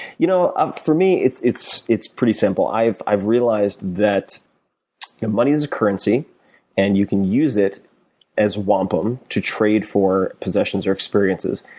you know um for me, it's it's pretty simple. i've i've realized that money is currency and you can use it as wampum, to trade for possessions or experiences,